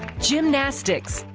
gymnastics.